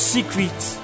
Secrets